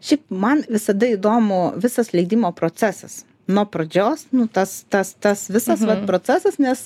šiaip man visada įdomu visas leidimo procesas nuo pradžios nu tas tas tas visas vat procesas nes